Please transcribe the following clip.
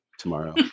tomorrow